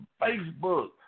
Facebook